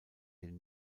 den